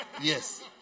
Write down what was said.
Yes